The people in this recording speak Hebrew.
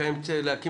אל תהיה בטוח.